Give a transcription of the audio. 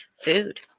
food